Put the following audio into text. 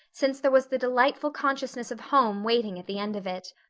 since there was the delightful consciousness of home waiting at the end of it.